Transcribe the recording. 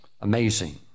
Amazing